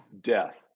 death